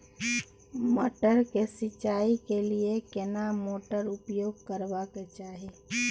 मटर के सिंचाई के लिये केना मोटर उपयोग करबा के चाही?